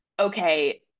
okay